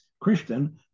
Christian